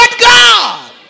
God